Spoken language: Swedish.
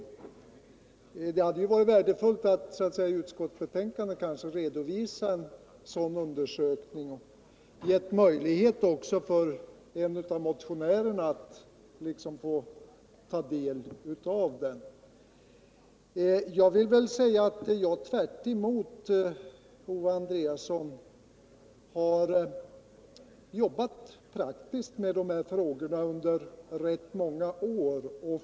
Kanske hade det varit värdefullt om det i utskottsbetänkandet redovisats en sådan undersökning och om det också getts möjlighet för motionärerna att ta del av materialet. I motsats till Owe Andréasson har jag under rätt många år arbetat praktiskt med de här frågorna.